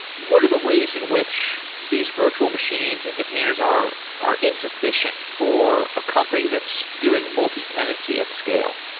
what are the ways in which these virtual machines and containers are are insufficient for a company that's doing multi-tenancy at scale?